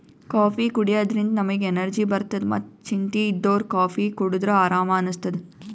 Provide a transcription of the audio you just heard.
coffee ಕುಡ್ಯದ್ರಿನ್ದ ನಮ್ಗ್ energy ಬರ್ತದ್ ಮತ್ತ್ ಚಿಂತಿ ಇದ್ದೋರ್ ಕಾಫೀ ಕುಡದ್ರ್ ಆರಾಮ್ ಅನಸ್ತದ್